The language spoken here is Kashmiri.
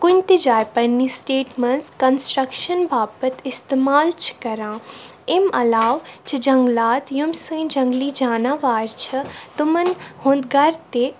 کُنہِ تہِ جایہِ پنٛنہِ سٹیٹہِ منٛز کَنسٹرٛکشَن باپَتھ اِستِمال چھِ کَران امہِ علاوٕ چھِ جنٛگلات یِم سٲنۍ جنٛگلی جاناوار چھِ تمَن ہُنٛد گَرٕ تہِ